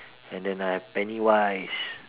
and then I have pennywise